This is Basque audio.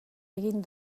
egin